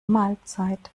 mahlzeit